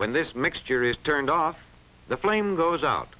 when this mixture is turned off the flame goes out